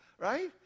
Right